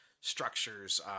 structures